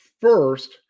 first